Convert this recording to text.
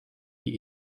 die